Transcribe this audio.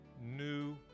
new